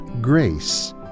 grace